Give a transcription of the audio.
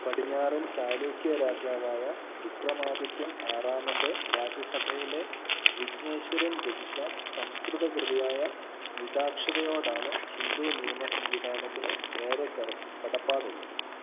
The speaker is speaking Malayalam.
പടിഞ്ഞാറൻ ചാലൂക്യ രാജാവായ വിക്രമാദിത്യൻ ആറാമന്റെ രാജസഭയിലെ വിജ്ഞേശ്വരൻ രചിച്ച സംസ്കൃതകൃതിയായ മിതാക്ഷരയോടാണ് ഹിന്ദു നിയമസംവിധാനത്തിന് ഏറെ കറ കടപ്പാടുള്ളത്